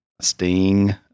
sting